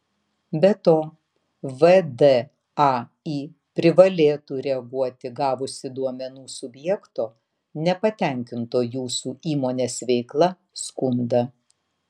be to vdai privalėtų reaguoti gavusi duomenų subjekto nepatenkinto jūsų įmonės veikla skundą